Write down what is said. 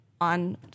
on